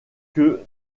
que